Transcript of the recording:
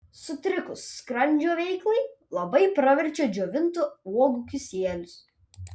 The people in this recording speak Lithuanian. sutrikus skrandžio veiklai labai praverčia džiovintų uogų kisielius